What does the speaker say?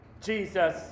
Jesus